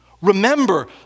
Remember